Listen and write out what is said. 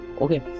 Okay